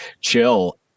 chill